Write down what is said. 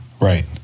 Right